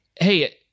Hey